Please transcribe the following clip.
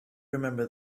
remember